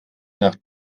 nach